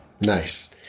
Nice